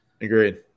Agreed